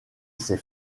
ces